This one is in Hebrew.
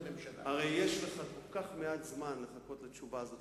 הרי יש לך כל כך מעט זמן לחכות לתשובה הזאת,